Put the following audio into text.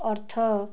ଅର୍ଥ